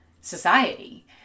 society